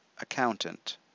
Accountant